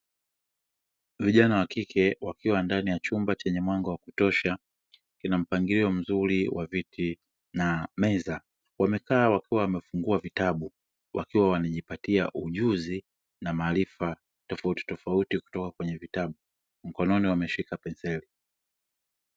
Vijana wa kike wakiwa ndani ya chumba chenye mwanga wa kutosha, kina mpangilio mzuri wa viti na meza wamekaa wakiwa wamefungua vitabu, wakiwa wanajipatia ujuzi na maarifa tofautitofauti kupitia kwenye vitabu, mkononi wameshika penseli.